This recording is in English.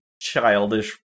childish